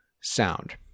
sound